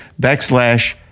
backslash